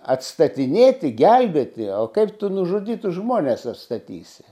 atstatinėti gelbėti o kaip tu nužudytus žmones atstatysi